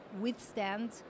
withstand